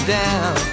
down